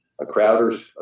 Crowders